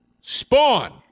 Spawn